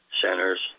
centers